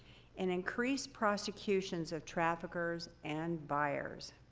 and increase prosecutions of traffickers and buyers.